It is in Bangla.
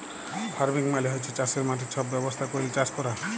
ফার্মিং মালে হছে চাষের মাঠে ছব ব্যবস্থা ক্যইরে চাষ ক্যরা